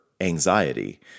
anxiety